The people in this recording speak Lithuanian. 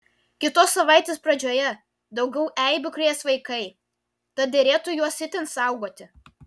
kitos savaitės pradžioje daugiau eibių krės vaikai tad derėtų juos itin saugoti